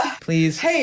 Please